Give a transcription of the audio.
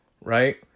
right